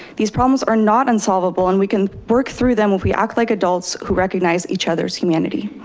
these problems are not unsolvable and we can work through them if we act like adults who recognize each other's humanity.